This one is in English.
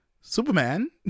superman